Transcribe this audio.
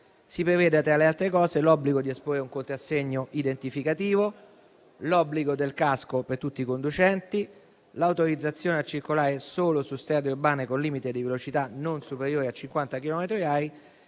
Si prevede, tra le altre misure, l'obbligo di esporre un contrassegno identificativo, l'obbligo del casco per tutti i conducenti, l'autorizzazione a circolare solo su strade urbane con limite di velocità non superiore a 50 chilometri